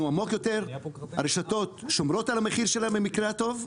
עמוק יותר הרשתות שומרות על המחיר שלהם במקרה הטוב,